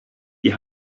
die